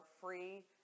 free